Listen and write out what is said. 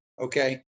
Okay